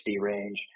range